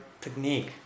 technique